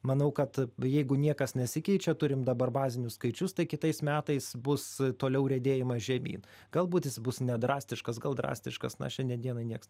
manau kad jeigu niekas nesikeičia turim dabar bazinius skaičius tai kitais metais bus toliau riedėjimas žemyn galbūt jis bus ne drastiškas gal drastiškas na šiandien dienai nieks